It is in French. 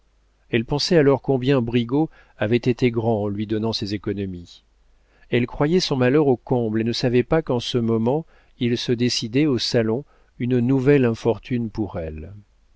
elle pensait alors combien brigaut avait été grand en lui donnant ses économies elle croyait son malheur au comble et ne savait pas qu'en ce moment il se décidait au salon une nouvelle infortune pour elle